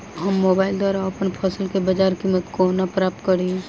हम मोबाइल द्वारा अप्पन फसल केँ बजार कीमत कोना प्राप्त कड़ी?